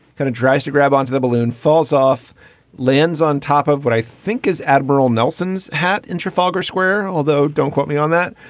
kind of tries to grab onto the balloon, falls off lands on top of what i think is admiral nelson's hat in trafalgar square, although don't quote me on that.